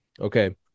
Okay